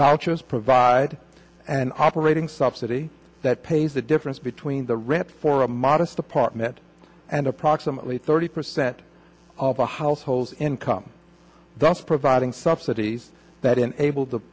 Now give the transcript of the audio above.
shows provide an operating subsidy that pays the difference between the rent for a modest apartment and approximately thirty percent of the household income that's providing subsidies that enable the